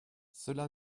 cela